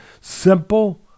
simple